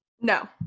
No